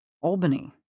Albany